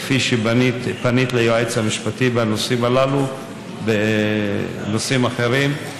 כפי שפנית ליועץ המשפטי בנושאים הללו ובנושאים אחרים,